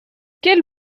quel